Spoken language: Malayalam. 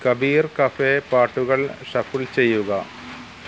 കബീർ കഫേ പാട്ടുകൾ ഷഫിൾ ചെയ്യുക